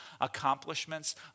accomplishments